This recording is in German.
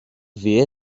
wer